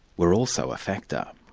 were also a factor.